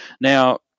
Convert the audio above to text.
Now